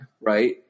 right